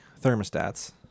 thermostats